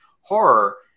horror